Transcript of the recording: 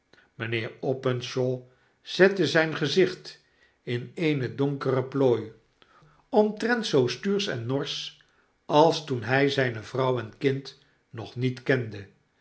openshaw zette zyn gezicht in eene donkere plooi omtrent zoo stuursch en norsch als toen hy zyne vrouw en kind nog niet kende